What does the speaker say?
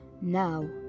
Now